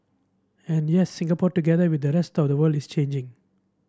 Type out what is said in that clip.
and yes Singapore together with the rest of the world is changing